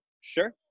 sure